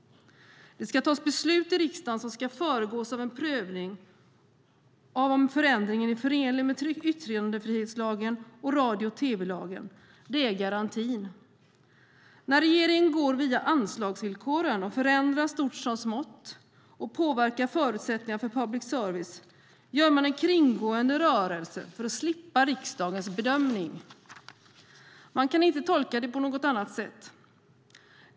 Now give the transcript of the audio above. Det ska fattas beslut i riksdagen, och de ska föregås av en prövning av om förändringen är förenlig med yttrandefrihetslagen och radio och tv-lagen. Det är garantin. När regeringen går via anslagsvillkoren och förändrar stort som smått och påverkar förutsättningarna för public service gör man en kringgående rörelse för att slippa riksdagens bedömning. Man kan inte tolka det på något annat sätt.